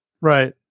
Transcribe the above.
Right